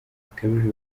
bikabije